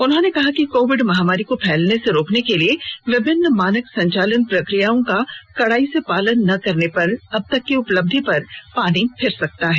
उन्होंने कहा कि कोविड महामारी को फैलने से रोकने के लिए विभिन्न मानक संचालन प्रक्रियाओं का कड़ाई से पालन न करने पर अब तक की उपलब्धि पर पानी फिर सकता है